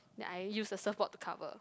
then I use the surfboard to cover